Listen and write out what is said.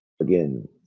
again